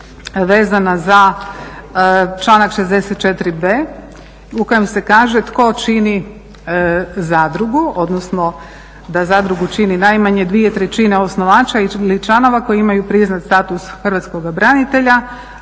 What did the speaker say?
vezana za članak 64.b u kojem se kaže tko čini zadrugu, odnosno da zadrugu čini najmanje 2/3 osnivača ili članova koji imaju priznat status hrvatskog branitelja,